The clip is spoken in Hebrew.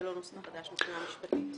זה לא נושא חדש מבחינה משפטית.